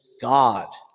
God